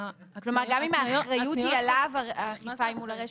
גם אם האחריות היא עליו, האכיפה היא מול הרשת?